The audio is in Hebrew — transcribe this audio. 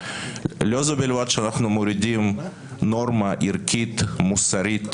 לא זו בלבד שאנחנו מורידים נורמה ערכית מוסרית